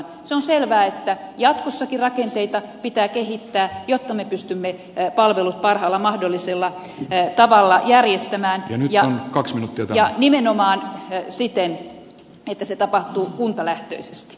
se on selvää että jatkossakin rakenteita pitää kehittää jotta me pystymme palvelut parhaalla mahdollisella tavalla järjestämään ja nimenomaan siten että se tapahtuu kuntalähtöisesti